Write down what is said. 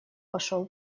пошел